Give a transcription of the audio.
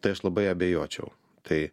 tai aš labai abejočiau tai